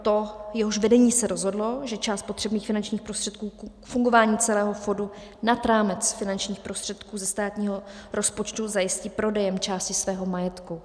Proto se její vedení rozhodlo, že část potřebných finančních prostředků k fungování celého FODu nad rámec finančních prostředků ze státního rozpočtu zajistí prodejem části svého majetku.